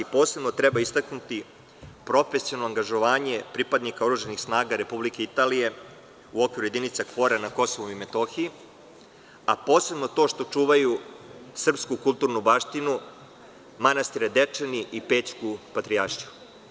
Posebno treba istaknuti profesionalno angažovanje pripadnika oružanih snaga Republike Italije u okviru jedinica KFOR-a na Kosovu i Metohiji, a posebno to što čuvaju srpsku kulturnu baštinu – manastire Dečani i Pećku Patrijaršiju.